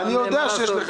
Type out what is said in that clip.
אני יודע שיש לך,